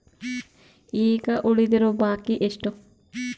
ಈಗ ಉಳಿದಿರೋ ಬಾಕಿ ಎಷ್ಟು?